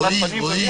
נבדק.